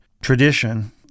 tradition